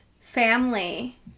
family